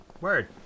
Word